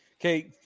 Okay